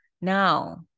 Now